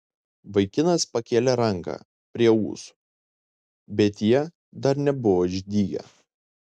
vaikinas pakėlė ranką prie ūsų bet jie dar nebuvo išdygę